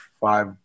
five